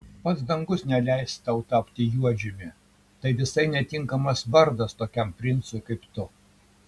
pats dangus neleis tau tapti juodžiumi tai visai netinkamas vardas tokiam princui kaip tu